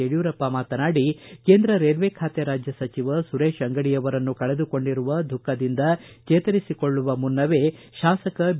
ಯಡಿಯೂರಪ್ಪ ಮಾತನಾಡಿ ಕೇಂದ್ರ ರೈಲ್ವೆ ಖಾತೆ ರಾಜ್ಯ ಸಚಿವ ಸುರೇಶ್ ಅಂಗಡಿ ಅವರನ್ನು ಕಳೆದುಕೊಂಡಿರುವ ದುಃಖದಿಂದ ಚೇತರಿಸಿಕೊಳ್ಳುವ ಮುನ್ನವೇ ಶಾಸಕ ಬಿ